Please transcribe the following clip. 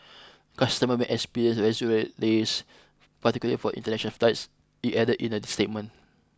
customer may experience residual delays particularly for international flights it added in a statement